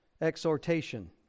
exhortation